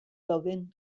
dauden